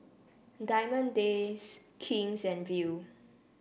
Diamond Days King's and Viu